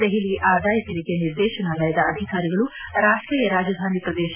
ದೆಪಲಿ ಆದಾಯ ಕೆರಿಗೆ ನಿರ್ದೇಶನಾಲಯದ ಅಧಿಕಾರಿಗಳು ರಾಷ್ಟೀಯ ರಾಜಧಾನಿ ಪ್ರದೇಶ